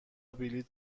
بلیط